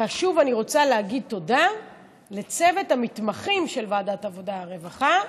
ושוב אני רוצה להגיד תודה לצוות המתמחים של ועדת העבודה והרווחה,